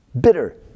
Bitter